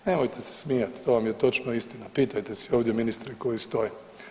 Nemojte se smijati to vam je točno istina, pitajte si ovdje ministre koji stoje.